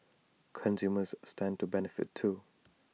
consumers stand to benefit too